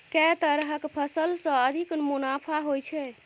केँ तरहक फसल सऽ अधिक मुनाफा होइ छै?